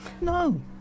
No